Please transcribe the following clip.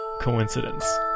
coincidence